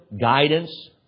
guidance